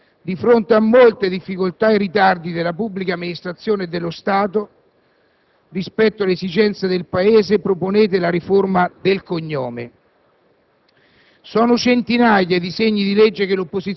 Voi, con incredibile superficialità, di fronte a molte difficoltà e ritardi della pubblica amministrazione e dello Stato, rispetto alle esigenze del Paese, proponete la riforma del cognome.